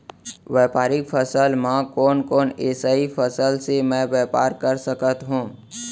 व्यापारिक फसल म कोन कोन एसई फसल से मैं व्यापार कर सकत हो?